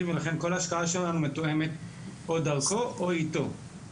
ולכן כל השקעה שלנו מתואמת או דרכו או איתו,